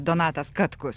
donatas katkus